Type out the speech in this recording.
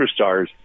superstars